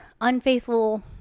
unfaithful